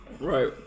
Right